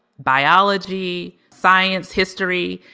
biology, science, history.